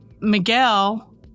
Miguel